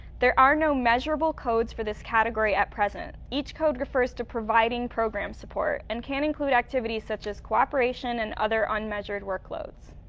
there are no measurable codes for this category at present. each code refers to providing program support and can include activities such as cooperation and other unmeasured workloads.